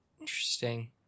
Interesting